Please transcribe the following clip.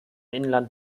inland